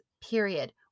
period